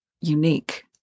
unique